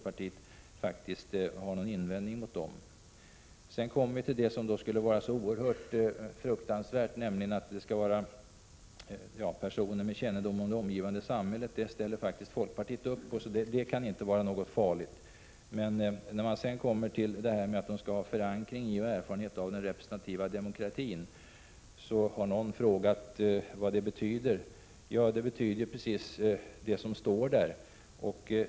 Att det skall vara personer med kännedom om det omgivande samhället ställer folkpartiet upp på, så det kan inte vara så fruktansvärt farligt. Det verkar däremot formuleringen om förankring i och erfarenhet av den representativa demokratin vara. Någon har frågat vad detta betyder. Jo, det betyder precis det som står där.